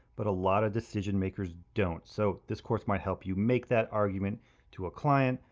but a lot of decision makers don't. so this course might help you make that argument to a client,